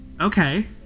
Okay